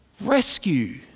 Rescue